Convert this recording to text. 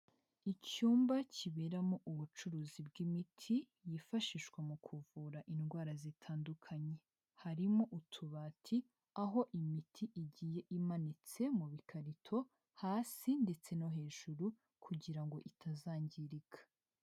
Icyumba kiberamo ubucuruzi bw'imiti yifashishwa mu kuvura indwara zitandukanye. Harimo utubati, aho imiti igiye imanitse mu bikarito, hasi ndetse no hejuru kugira ngo itazangirika.